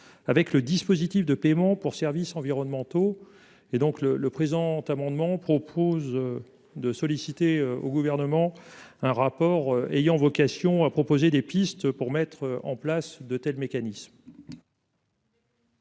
Avec le dispositif de paiements pour services environnementaux et donc le le présent amendement propose de solliciter au gouvernement un rapport ayant vocation à proposer des pistes pour mettre en place de tels mécanismes.--